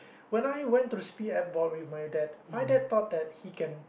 when I went to the C_P_F Board with my dad my dad thought that he can